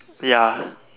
ya